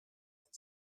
and